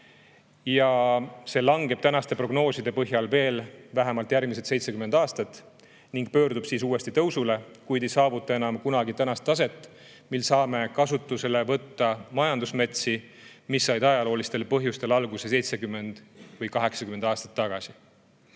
ja see langeb tänaste prognooside põhjal veel vähemalt järgmised 70 aastat ning pöördub siis uuesti tõusule, kuid ei saavuta enam kunagi tänast taset, mil saame kasutusele võtta majandusmetsi, mis said ajaloolistel põhjustel alguse 70 või 80 aastat tagasi.